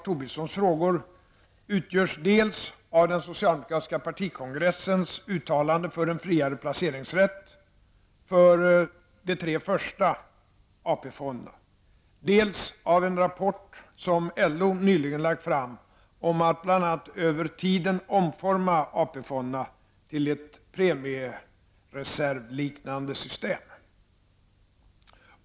Tobissons frågor utgörs dels av den socialdemokratiska partikongressens uttalanden för en friare placeringsrätt för de tre första AP fonderna, dels av den rapport som LO nyligen lagt fram om att bl.a. över tiden omforma AP-fonderna till ett premiereservliknande system.